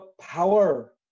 power